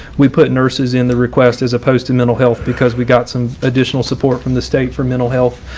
we put nurses in the request as opposed to mental health because we got some additional support from the state for mental health.